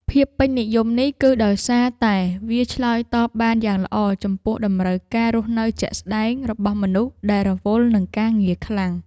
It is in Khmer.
ភាពពេញនិយមនេះគឺដោយសារតែវាឆ្លើយតបបានយ៉ាងល្អចំពោះតម្រូវការរស់នៅជាក់ស្ដែងរបស់មនុស្សដែលរវល់នឹងការងារខ្លាំង។